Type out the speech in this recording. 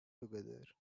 together